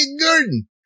garden